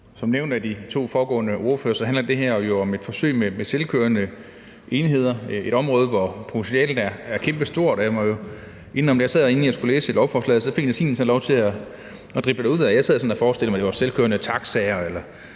Som nævnt af de to foregående ordførere handler det her jo om et forsøg med selvkørende enheder. Det er et område, hvor potentialet er kæmpestort, og jeg må jo indrømme, at inden jeg læste lovforslaget, fik fantasien lov til at drible derudad. Jeg sad sådan og forestillede mig, at det handlede om selvkørende taxaer, eller